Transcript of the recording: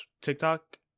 TikTok